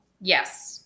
yes